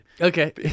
Okay